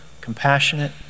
compassionate